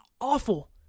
awful